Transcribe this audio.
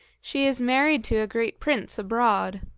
she is married to a great prince abroad.